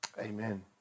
Amen